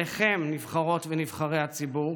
עליכם, נבחרות ונבחרי הציבור,